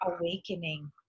awakening